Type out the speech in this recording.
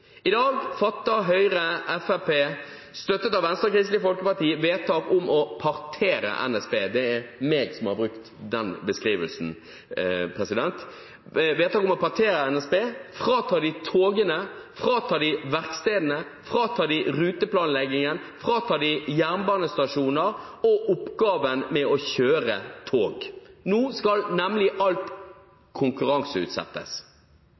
I dag fatter Høyre, Fremskrittspartiet, støttet av Venstre og Kristelig Folkeparti, vedtak om å partere NSB – det er jeg som bruker den beskrivelsen: et vedtak om å partere NSB – frata dem togene, frata dem verkstedene, frata dem ruteplanleggingen, frata dem jernbanestasjoner og frata dem oppgaven med å kjøre tog. Nå skal nemlig alt konkurranseutsettes.